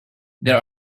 there